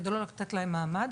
כדי לא לתת להם מעמד.